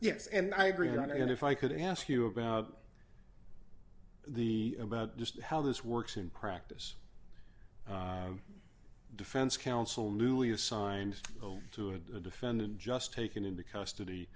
yes and i agree on and if i could ask you about the about just how this works in practice defense counsel newly assigned to a defendant just taken into custody